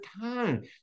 time